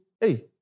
hey